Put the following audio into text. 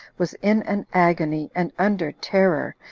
was in an agony, and under terror,